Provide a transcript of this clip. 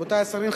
רבותי השרים,